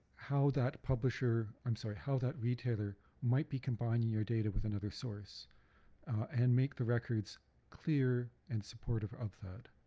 how that publisher i'm sorry how that retailer might be combining your data with another source and make the records clear and supportive of that.